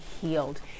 healed